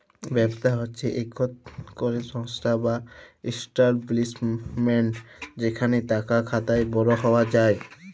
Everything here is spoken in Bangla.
ব্যবসা হছে ইকট ক্যরে সংস্থা বা ইস্টাব্লিশমেল্ট যেখালে টাকা খাটায় বড় হউয়া যায়